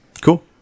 cool